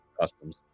customs